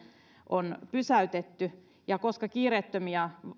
on pysäytetty ja koska kiireettömiä